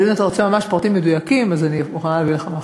אבל אם אתה רוצה ממש פרטים מדויקים אז אני מוכנה להביא לך מחר.